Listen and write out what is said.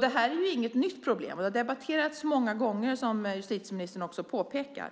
Det här är inget nytt problem. Det har debatterats många gånger, som justitieministern också påpekar.